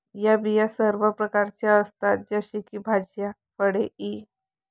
या बिया सर्व प्रकारच्या असतात जसे की भाज्या, फळे इ